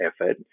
effort